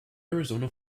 arizona